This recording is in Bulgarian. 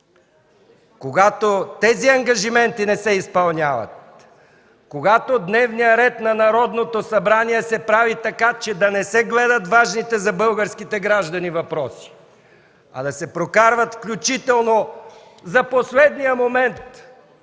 Когато тези ангажименти не се изпълняват, когато дневният ред на Народното събрание се прави така, че да не се гледат важните за българските граждани въпроси, а да се прокарват, включително в последния момент